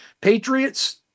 Patriots